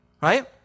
Right